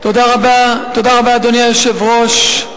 אדוני היושב-ראש,